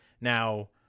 Now